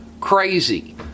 Crazy